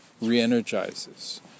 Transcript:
re-energizes